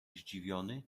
zdziwiony